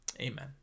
Amen